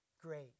great